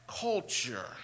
culture